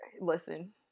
Listen